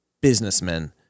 businessmen